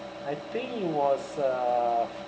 I think it was a